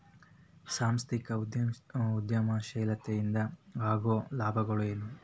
ಸಾಂಸ್ಥಿಕ ಉದ್ಯಮಶೇಲತೆ ಇಂದ ಆಗೋ ಲಾಭಗಳ ಏನು